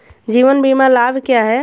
जीवन बीमा लाभ क्या हैं?